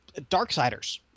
Darksiders